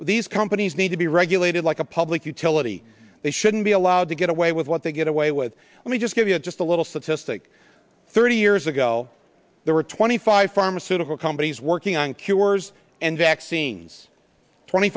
here these companies need to be regulated like a public utility they shouldn't be allowed to get away with what they get away with and we just give you a just a little success that thirty years ago there were twenty five pharmaceutical companies working on cures and vaccines twenty